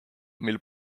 mil